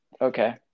okay